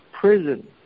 prison